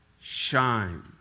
shine